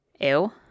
ew